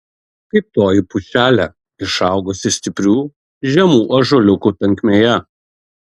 kaip toji pušelė išaugusi stiprių žemų ąžuoliukų tankmėje